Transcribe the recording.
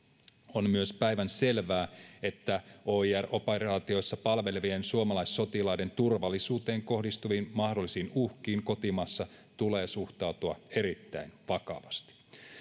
on myös päivänselvää että oir operaatioissa palvelevien suomalaissotilaiden turvallisuuteen kohdistuviin mahdollisiin uhkiin kotimaassa tulee suhtautua erittäin vakavasti